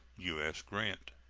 u s. grant.